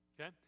okay